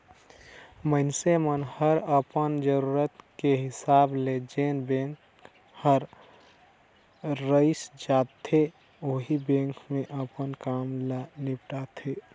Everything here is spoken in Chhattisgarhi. मइनसे मन हर अपन जरूरत के हिसाब ले जेन बेंक हर रइस जाथे ओही बेंक मे अपन काम ल निपटाथें